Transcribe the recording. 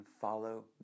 follow